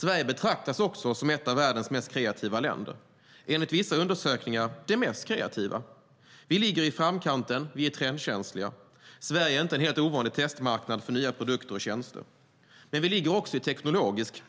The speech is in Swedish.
Sverige betraktas som ett av världens mest kreativa länder, enligt vissa undersökningar det allra mest kreativa. Vi ligger i framkanten och är trendkänsliga. Sverige är inte en helt ovanlig testmarknad för nya produkter och tjänster. Vi ligger också i framkant teknologiskt.